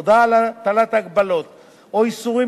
הודעה על הטלת הגבלות או איסורים